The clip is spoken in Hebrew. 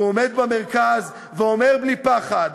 הוא עומד במרכז ואומר בלי פחד: